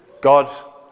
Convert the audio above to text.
God